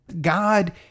God